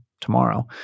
tomorrow